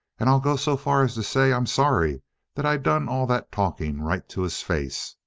and i'll go so far as to say i'm sorry that i done all that talking right to his face.